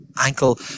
ankle